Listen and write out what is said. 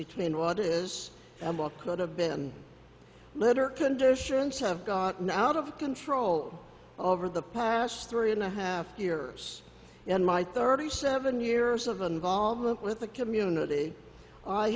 between what is and what could have been litter conditions have gotten out of control over the past three and a half years in my thirty seven years of involvement with the community i